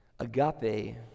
Agape